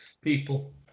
People